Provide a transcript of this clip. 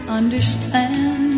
understand